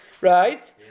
right